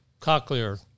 cochlear